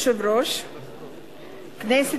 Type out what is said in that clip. (תיקון, איסור חקירת חשוד בלילה), של חברת הכנסת